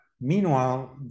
meanwhile